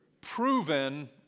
proven